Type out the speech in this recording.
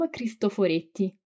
Cristoforetti